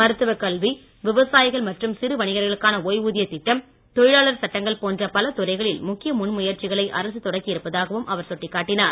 மருத்துவக் கல்வி விவசாயிகள் மற்றும் சிறு வணிகர்களுக்கான ஒய்வூதியத் திட்டம் தொழிலாளர் சட்டங்கள் போன்ற பல துறைகளில் முக்கிய முன்முயற்சிகளை அரசு தொடக்கி இருப்பதாகவும் அவர் சுட்டிக்காட்டினார்